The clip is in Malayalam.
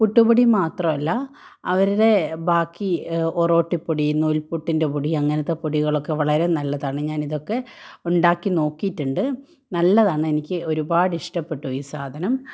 പുട്ട് പൊടി മാത്രമല്ല അവരുടെ ബാക്കി ഒറൊട്ടി പൊടി നൂൽപ്പുട്ടിൻ്റെ പൊടി അങ്ങനത്തെ പൊടികളൊക്കെ വളരെ നല്ലതാണ് ഞാനിതൊക്കെ ഉണ്ടാക്കി നോക്കിയിട്ടുണ്ട് നല്ലതാണ് എനിക്കൊരുപാട് ഇഷ്ടപ്പെട്ടു ഈ സാധനം